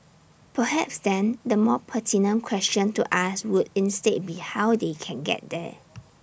perhaps then the more pertinent question to ask would instead be how they can get there